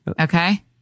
Okay